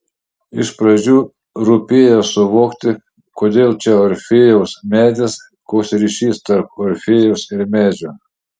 iš pradžių rūpėjo suvokti kodėl čia orfėjaus medis koks ryšys tarp orfėjaus ir medžio